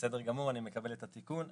בסדר גמור, אני מקבל את התיקון.